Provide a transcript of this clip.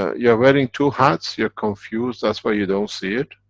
you're wearing two hats, you are confused, that's why you don't see it.